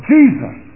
Jesus